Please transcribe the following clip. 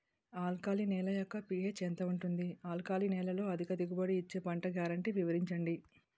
Alkali నేల యెక్క pH ఎంత ఉంటుంది? ఆల్కలి నేలలో అధిక దిగుబడి ఇచ్చే పంట గ్యారంటీ వివరించండి?